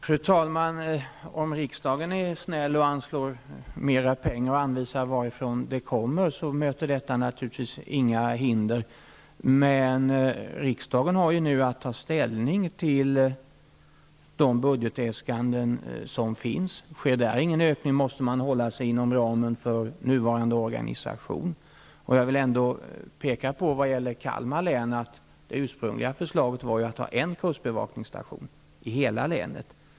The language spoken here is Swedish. Fru talman! Om riksdagen är snäll och anslår mera pengar och anvisar varifrån de kommer, möter det naturligtvis inga hinder. Riksdagen har att ta ställning till de budgetäskanden som finns. Sker där inte någon ökning måste man hålla sig inom ramen för nuvarande organisation. När det gäller Kalmar län var det ursprungliga förslaget att ha en kustbevakningsstation i hela länet.